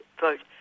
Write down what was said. vote